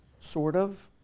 sort of,